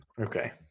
Okay